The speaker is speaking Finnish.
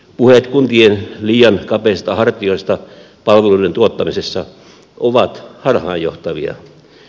puheet kuntien liian kapeista hartioista palveluiden tuottamisessa ovat harhaanjohtavia